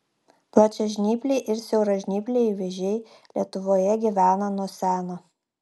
plačiažnypliai ir siauražnypliai vėžiai lietuvoje gyvena nuo seno